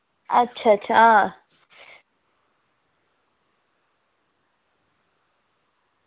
अच्छा अच्छा हां